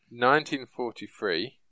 1943